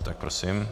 Tak prosím.